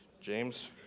James